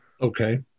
Okay